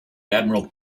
admiral